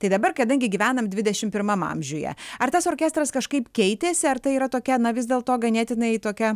tai dabar kadangi gyvenam dvidešim pirmam amžiuje ar tas orkestras kažkaip keitėsi ar tai yra tokia na vis dėlto ganėtinai tokia